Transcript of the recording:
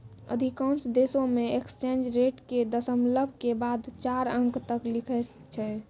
अधिकांश देशों मे एक्सचेंज रेट के दशमलव के बाद चार अंक तक लिखै छै